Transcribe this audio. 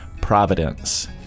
Providence